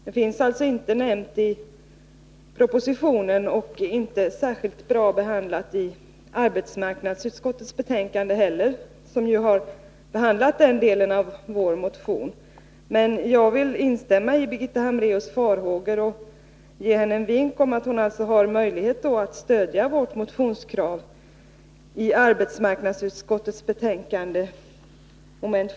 De nämns alltså inte i propositionen och är inte särskilt bra behandlade i arbetsmarknadsutskottets betänkande, där ju denna del av vår motion tas upp. Jag vill instämma i Birgitta Hambraeus farhågor och ge henne en vink om att hon har möjlighet att stödja vårt motionskrav, i mom. 7 i arbetsmark nadsutskottets betänkande 15.